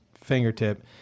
fingertip